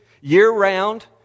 year-round